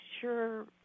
sure